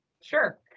sure